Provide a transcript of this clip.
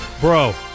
Bro